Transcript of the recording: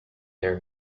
their